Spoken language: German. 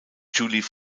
julie